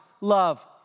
love